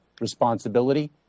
responsibility